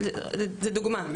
זה דוגמא,